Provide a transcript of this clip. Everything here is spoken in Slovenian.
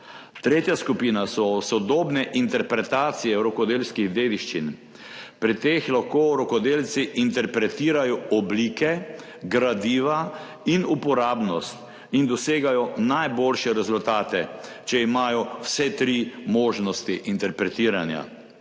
Tretja skupina so sodobne interpretacije rokodelskih dediščin. Pri teh lahko rokodelci interpretirajo oblike, gradiva in uporabnost ter dosegajo najboljše rezultate, če imajo vse tri možnosti interpretiranja.